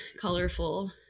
colorful